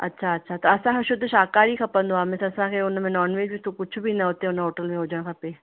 अच्छा अच्छा त असांखे शुद्ध शाकाहारी खपंदो आहे मीन्स असां खे उन में नॉनवेज बि कुझु बि ना ना उते ना होटल में हुजणु खपे